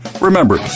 Remember